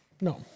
No